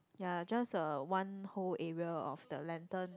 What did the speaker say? ya just a one whole area of the lantern